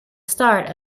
start